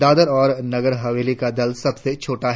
दादरा और नगर हवेली का दल सबसे छोटा है